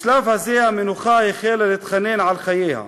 בשלב הזה המנוחה החלה להתחנן על חייה,